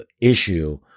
issue